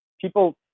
people